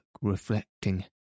reflecting